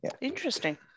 interesting